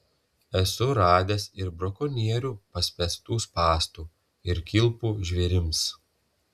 esu radęs ir brakonierių paspęstų spąstų ir kilpų žvėrims